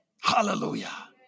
Hallelujah